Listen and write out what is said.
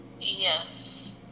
Yes